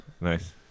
nice